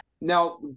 Now